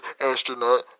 astronaut